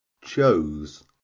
Chose